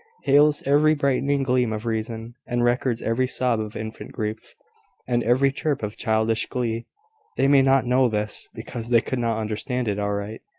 hails every brightening gleam of reason, and records every sob of infant grief and every chirp of childish glee they may not know this, because they could not understand it aright,